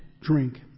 drink